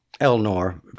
Elnor